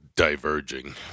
diverging